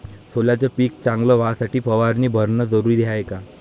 सोल्याचं पिक चांगलं व्हासाठी फवारणी भरनं जरुरी हाये का?